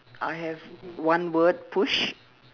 I have one word push